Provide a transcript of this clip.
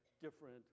different